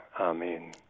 amen